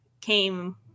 came